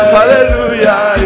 Hallelujah